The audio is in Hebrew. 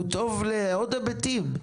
הוא טוב לעוד היבטים,